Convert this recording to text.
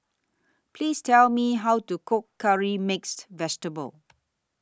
Please Tell Me How to Cook Curry Mixed Vegetable